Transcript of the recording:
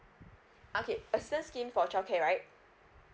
okay assistance scheme for childcare right